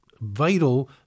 vital